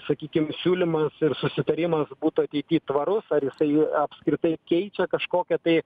sakykim siūlymas ir susitarimas būtų ateity tvarus ar jisai apskritai keičia kažkokią tai